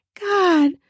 God